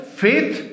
faith